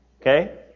okay